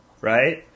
right